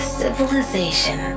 civilization